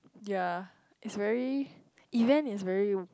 yea it's very event is very